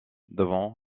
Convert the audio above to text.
devant